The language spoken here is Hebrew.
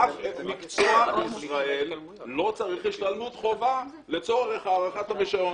אף מקצוע בישראל לא צריך השתלמות חובה לצורך הארכת הרישיון.